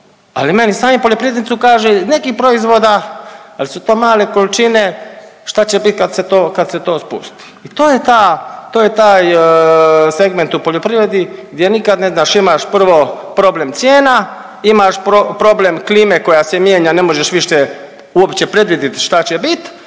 Ali meni sami poljoprivrednici kaže neki proizvoda, ali su to male količine, šta će biti kad se to spusti i to je ta, to je taj segment u poljoprivredi gdje nikad ne znaš, imaš prvo problem cijena, imaš problem klime koja se mijenja, ne možeš više uopće predvidit šta će bit